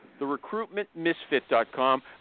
Therecruitmentmisfit.com